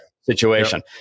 situation